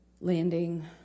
landing